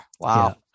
Wow